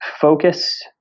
focus